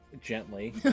gently